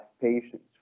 patients